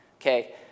Okay